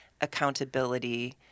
accountability